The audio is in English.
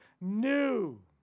new